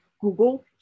Google